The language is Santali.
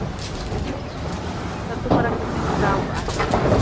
ᱞᱟᱹᱴᱩ ᱯᱟᱨᱟ ᱠᱷᱮᱛ ᱨᱤᱧ ᱜᱚᱰᱟᱣ ᱠᱟᱜᱼᱟ